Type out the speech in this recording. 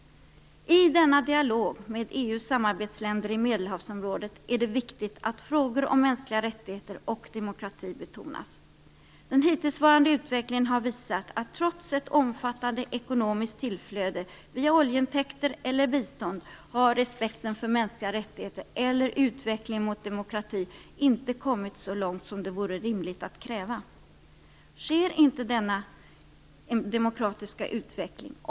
I denna dialog med EU:s samarbetsländer i Medelhavsområdet är det viktigt att frågor om mänskliga rättigheter och demokrati betonas. Den hittillsvarande utvecklingen har visat att respekten för mänskliga rättigheter och utvecklingen mot demokrati inte har kommit så långt som det vore rimligt att kräva, trots ett omfattande ekonomiskt tillflöde via oljeintäkter eller bistånd.